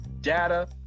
Data